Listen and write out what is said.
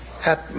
hat